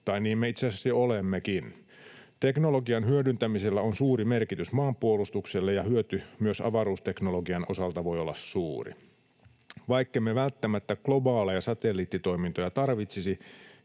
tai niin me itse asiassa jo olemmekin. Teknologian hyödyntämisellä on suuri merkitys maanpuolustukselle, ja hyöty myös avaruusteknologian osalta voi olla suuri. Vaikkemme välttämättä globaaleja satelliittitoimintoja tarvitsisi,